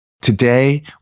Today